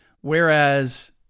whereas